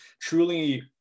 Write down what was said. truly